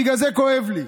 בגלל זה כואב לי,